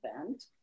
event